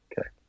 okay